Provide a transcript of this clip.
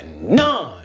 none